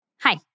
Hi